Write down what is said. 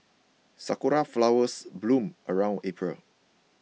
sakura flowers bloom around April